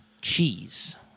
Cheese